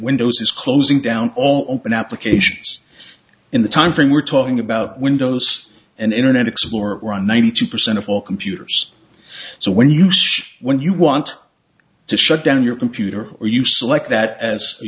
windows is closing down all open applications in the timeframe we're talking about windows and internet explorer are ninety two percent of all computers so when you show when you want to shut down your computer or you select that as a